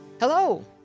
Hello